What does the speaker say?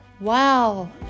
Wow